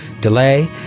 Delay